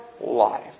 life